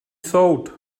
soud